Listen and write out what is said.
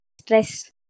stress